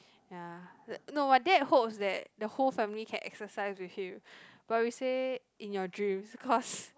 ya no my dad hopes that the whole family can exercise with him but we say in your dreams cause